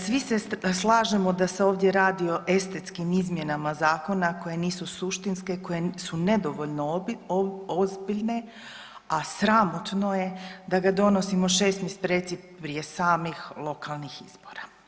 Svi se slažemo da se ovdje radi o estetskim izmjenama zakona koje nisu suštinske, koje nisu nedovoljno ozbiljne, a sramotno je da ga donosimo 6 mjeseci prije lokalnih izbora.